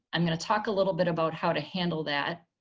i'm gonna talk a little bit about how to handle that